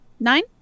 nine